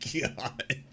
god